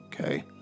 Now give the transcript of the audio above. Okay